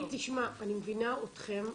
אני מבינה אתכם.